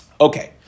Okay